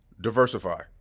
diversify